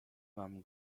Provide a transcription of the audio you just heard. mam